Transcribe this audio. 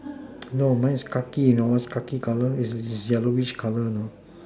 no mine is khaki you know you know what is khaki colour it's yellowish colour you know